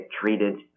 treated